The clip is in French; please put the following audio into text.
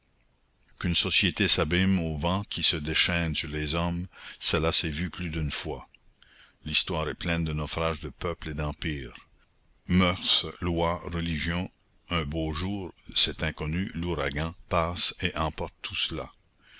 qu'une société s'abîme au vent qui se déchaîne sur les hommes cela s'est vu plus d'une fois l'histoire est pleine de naufrages de peuples et d'empires moeurs lois religions un beau jour cet inconnu l'ouragan passe et emporte tout cela